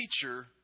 teacher